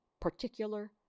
particular